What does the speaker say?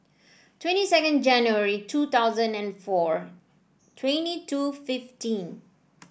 twenty second January two thousand and four twenty two fifteen